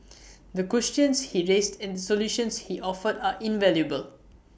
the questions he raised and the solutions he offered are invaluable